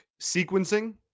sequencing